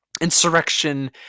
insurrection